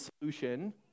solution